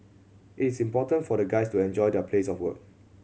it's important for the guys to enjoy their place of work